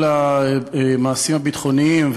של המעשים הביטחוניים,